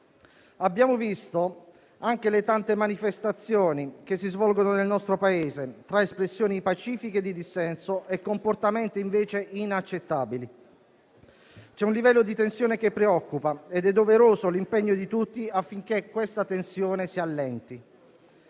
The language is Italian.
Abbiamo visto anche le tante manifestazioni che si svolgono nel nostro Paese, tra espressioni pacifiche di dissenso e comportamenti invece inaccettabili. C'è un livello di tensione che preoccupa ed è doveroso l'impegno di tutti affinché la tensione si allenti.